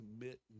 commit